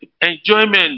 Enjoyment